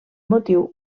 motiu